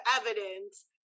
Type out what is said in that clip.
evidence